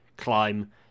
climb